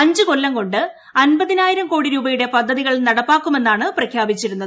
അഞ്ചു കൊല്ലം കൊണ്ട് അൻപതിനായിരം കോടി രൂപയുടെ പദ്ധതികൾ നടപ്പാക്കുമെന്നാണ് പ്രഖ്യാപിച്ചിരുന്നത്